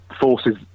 forces